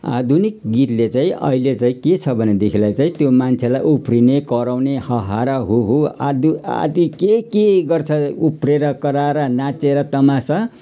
आधुनिक गीतले चाहिँ अहिले चाहिँ के छ भनेदेखिलाई चाहिँ त्यो मान्छेलाई उफ्रिने कराउने हा हा र हु हु आदि आदि के के गर्छ उफ्रिएर कराएर नाचेर तमासा